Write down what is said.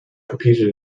competed